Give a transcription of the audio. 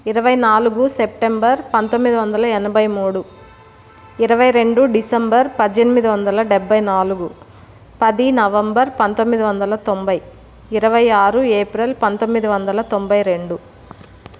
ఇరవై నాలుగు సెప్టెంబర్ పంతొమ్మిది వందల ఎనభై మూడు ఇరవై రెండు డిసెంబర్ పద్దెనిమిది వందల డెబ్బై నాలుగు పది నవంబర్ పంతొమ్మిది వందల తొంభై ఇరవై ఆరు ఏప్రిల్ పంతొమ్మిది వందల తొంభై రెండు